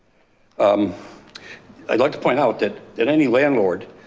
um i'd like to point out that that any landlord,